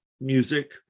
music